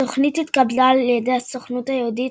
התוכנית התקבלה על ידי הסוכנות היהודית,